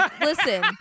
Listen